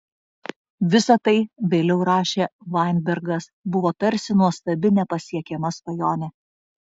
visa tai vėliau rašė vainbergas buvo tarsi nuostabi nepasiekiama svajonė